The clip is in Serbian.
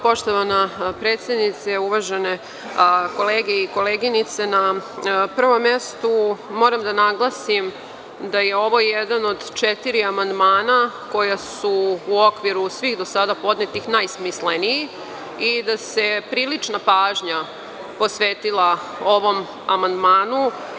Poštovana predsednice, uvažene kolege i koleginice, na prvom mestu moram da naglasim da je ovo jedan od četiri amandmana koja su u okviru svih do sada podnetih najsmisleniji i da se prilična pažnja posvetila ovom amandmanu.